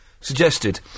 suggested